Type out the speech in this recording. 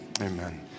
Amen